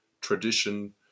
tradition